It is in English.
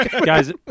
guys